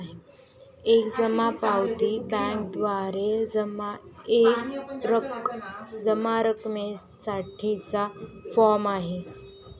एक जमा पावती बँकेद्वारे जमा रकमेसाठी चा फॉर्म आहे